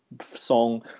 song